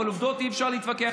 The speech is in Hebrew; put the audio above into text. אבל עם עובדות אי-אפשר להתווכח,